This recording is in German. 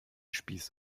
spieß